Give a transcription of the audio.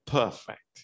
perfect